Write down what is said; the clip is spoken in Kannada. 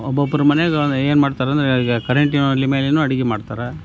ಒಬ್ಬೊಬ್ಬರು ಮನ್ಯಾಗೆ ಏನು ಮಾಡ್ತಾರೆ ಅಂದರೆ ಈಗ ಕರೆಂಟಿನ ಒಲೆ ಮೇಲೆನು ಅಡಿಗೆ ಮಾಡ್ತಾರೆ